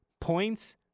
Points